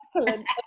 Excellent